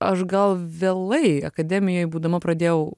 aš gal vėlai akademijoj būdama pradėjau